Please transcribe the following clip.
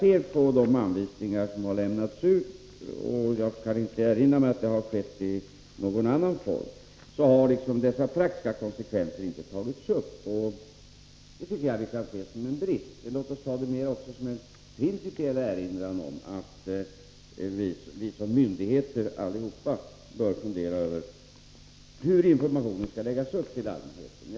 I de anvisningar som lämnats ut — och jag kan inte erinra mig att information har givits i någon annan form — har de praktiska konsekvenserna inte tagits upp, och det tycker jag att vi kan se som en brist. Låt oss ta det mera som en principiell erinran att vi som myndigheter allihop bör fundera över hur informationen till allmänheten skall läggas upp.